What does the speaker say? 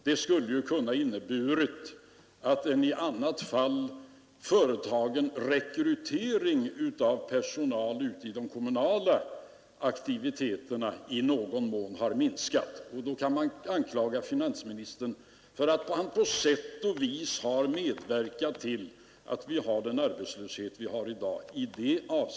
Det kan ju ha inneburit att rekryteringen av personal till de kommunala aktiviteterna i någon mån har minskat, och då kan man anklaga finansministern för att på sätt och vis ha medverkat till den arbetslöshet vi har i dag.